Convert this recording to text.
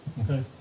okay